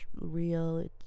real